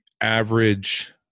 average